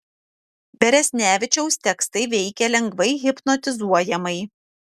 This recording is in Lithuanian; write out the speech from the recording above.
beresnevičiaus tekstai veikia lengvai hipnotizuojamai